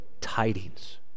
tidings